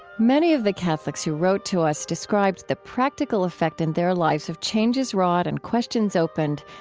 many of the catholics who wrote to us described the practical effect in their lives of changes wrought and questions opened,